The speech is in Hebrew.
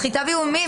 סחיטה ואיומים,